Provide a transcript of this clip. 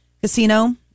Casino